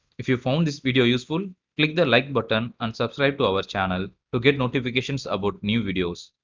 if you found this video useful click the like button and subscribe to our channel to get notifications about new videos.